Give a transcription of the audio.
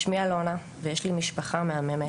שמי א' ו' ויש לי משפחה מהממת,